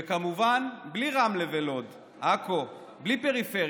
וכמובן, בלי רמלה ולוד, עכו, בלי פריפריה,